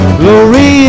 glory